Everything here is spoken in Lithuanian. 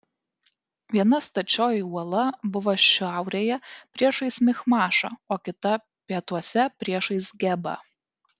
viena stačioji uola buvo šiaurėje priešais michmašą o kita pietuose priešais gebą